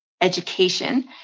education